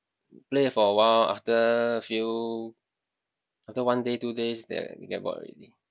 play for a while after few after one day two days they get bored already